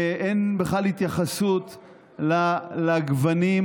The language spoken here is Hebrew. ואין בכלל התייחסות לגוונים,